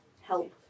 help